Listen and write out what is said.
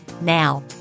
Now